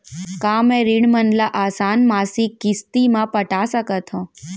का मैं ऋण मन ल आसान मासिक किस्ती म पटा सकत हो?